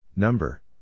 Number